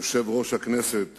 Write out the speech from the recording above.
יושב-ראש הכנסת